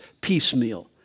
piecemeal